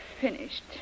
finished